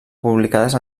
publicades